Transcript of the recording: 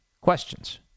questions